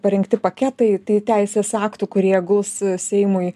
parengti paketai tai teisės aktų kurie guls seimui